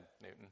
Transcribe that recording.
Newton